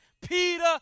Peter